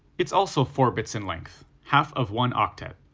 it's also four bits in length, half of one octet.